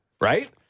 right